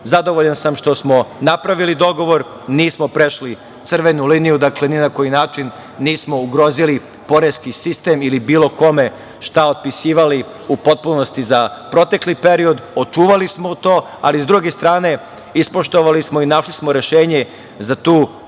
zadovoljan sam što smo napravili dogovor. Nismo prešli crvenu liniju. Dakle, ni na koji način nismo ugrozili poreski sistem ili bilo kome šta otpisivali u potpunosti za protekli period, očuvali smo to, ali, s druge strane, ispoštovali smo i našli smo rešenje za tu socijalno